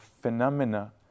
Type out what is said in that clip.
phenomena